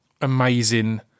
amazing